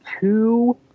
two